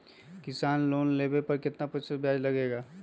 किसान लोन लेने पर कितना प्रतिशत ब्याज लगेगा?